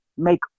Make